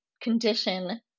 condition